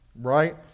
Right